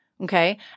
okay